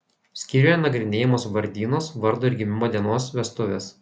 skyriuje nagrinėjamos vardynos vardo ir gimimo dienos vestuvės